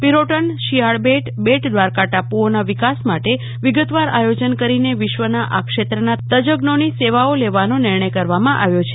પિરોટનશિયાળ બેટ બેટ દ્રારકા ટાપુ ઓના વિકાસ માટે વિગતવાર આયોજન કરીને વિશ્વના આ ક્ષેત્રના તજજ્ઞોની સેવાઓ લેવાનો નિર્ણય કર વા માં આવ્યો છે